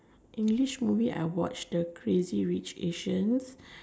English movie I watched the crazy rich Asians